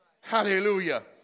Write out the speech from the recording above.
Hallelujah